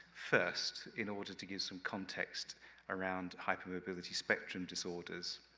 first, in order to give some context around hypermobility spectrum disorders.